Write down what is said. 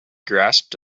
grasped